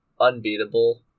unbeatable